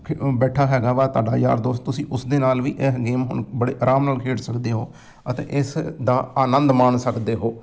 ਖ ਬੈਠਾ ਹੈਗਾ ਵਾ ਤੁਹਾਡਾ ਯਾਰ ਦੋਸਤ ਤੁਸੀਂ ਉਸ ਦੇ ਨਾਲ ਵੀ ਇਹ ਗੇਮ ਹੁਣ ਬੜੇ ਆਰਾਮ ਨਾਲ ਖੇਡ ਸਕਦੇ ਹੋ ਅਤੇ ਇਸ ਦਾ ਆਨੰਦ ਮਾਣ ਸਕਦੇ ਹੋ